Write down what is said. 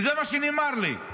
זה מה שנאמר לי.